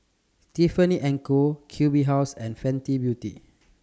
Tiffany and Co Q B House and Fenty Beauty